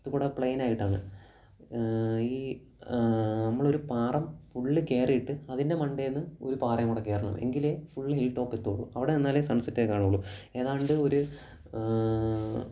ഇതുകൂടി പ്ലെയിനായിട്ടാണ് ഈ നമ്മളൊരു പാറ ഫുള്ള് കയറിയിട്ട് അതിൻ്റെ മണ്ടയിൽ നിന്ന് ഒരു പാറയും കൂടി കയറണം എങ്കിലേ ഫുൾ ഹിൽ ടോപ്പ് എത്തുകയുളളു അവിടെ നിന്നാലേ സൺസെറ്റൊക്കെ കാണുകയുളളു ഏതാണ്ട് ഒരു